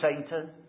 Satan